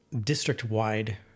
district-wide